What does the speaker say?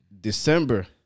December